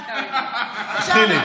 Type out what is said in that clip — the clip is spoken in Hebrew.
אל תקרא לי מאי.